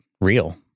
real